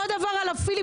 מירב, דברי סיום.